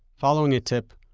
following a tip,